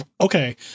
Okay